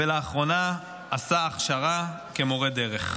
ולאחרונה עשה הכשרה כמורה דרך.